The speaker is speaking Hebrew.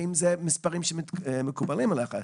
האם אלה מספרים שמקובלים עליכם.